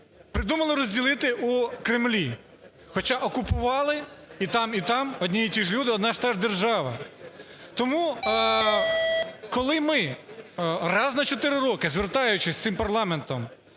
придумали розділити у Кремлі, хоча окупували і там, і там одні і ті ж люди, одна і та ж держава. Тому коли ми, раз на чотири роки звертаючись всім парламентом